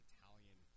Italian